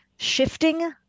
shifting